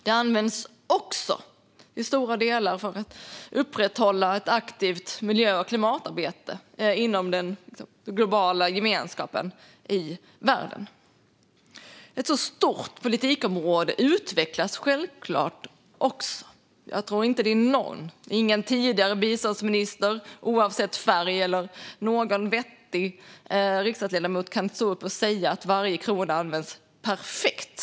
Det används också till stora delar för att upprätthålla ett aktivt miljö och klimatarbete inom den globala gemenskapen i världen. Ett så stort politikområde utvecklas självklart också. Jag tror inte att någon tidigare biståndsminister, oavsett färg, eller någon vettig riksdagsledamot kan säga att varje krona används perfekt.